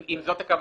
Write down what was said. אם זאת הכוונה,